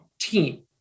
team